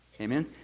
Amen